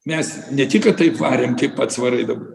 mes ne tik kad taip varėm kaip pats varai dabar